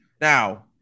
Now